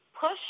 push